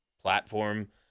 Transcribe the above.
platform